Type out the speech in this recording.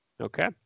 Okay